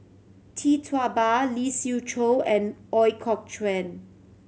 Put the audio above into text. Tee Tua Ba Lee Siew Choh and Ooi Kok Chuen